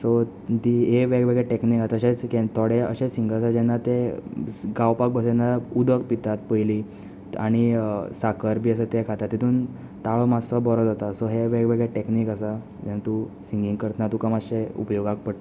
so the हे वेगळे वेगळे टॅकनीक आ तशेंच कॅन थोडे अशे सिंगज आ जेन्ना ते गावपाक बस् तेन्ना उदक पितात पयली त् आनी साकर बी आसा तें खाता तेतून ताळो मास्सो बोरो जाता सो हे वेगळे वेगळे टॅकनीक आसा जेन् तूं सिंगींग करत्ना तुका माश्शें उपयोगाक पडटा